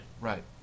Right